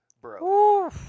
bro